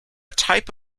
type